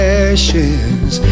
ashes